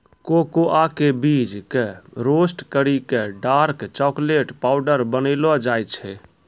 cocoa के बीज कॅ रोस्ट करी क डार्क चाकलेट पाउडर बनैलो जाय छै